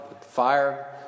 fire